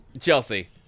Chelsea